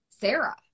Sarah